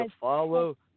follow